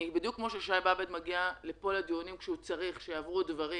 בדיוק כמו ששי באב"ד מגיע לכל הדיונים כשהוא צריך להעביר דברים